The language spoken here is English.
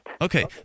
Okay